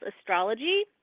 Astrology